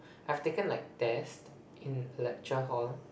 I've taken like test in lecture hall